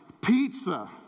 pizza